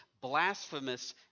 blasphemous